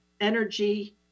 energy